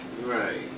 right